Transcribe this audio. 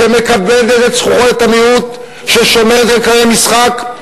מכבדת את זכויות המיעוט, שומרת על כללי משחק.